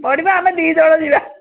ପଡ଼ିବ ଆମେ ଦୁଇ ଜଣ ଯିବା